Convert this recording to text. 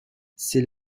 ses